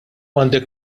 għandek